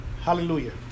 Hallelujah